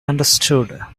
understood